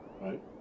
Right